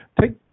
Take